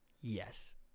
Yes